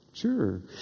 Sure